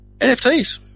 NFTs